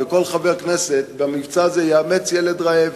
וכל חבר כנסת יאמץ במבצע הזה ילד רעב,